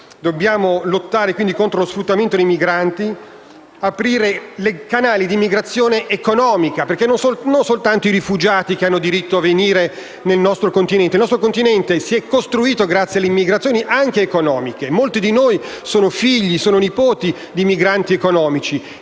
Dobbiamo lottare, quindi, contro lo sfruttamento dei migranti, aprire dei canali di immigrazione economica perché non sono soltanto i rifugiati che hanno diritto a venire nel nostro Continente. Il nostro Continente è stato costruito anche grazie alle immigrazioni economiche. Molti di noi sono figli e nipoti di migranti economici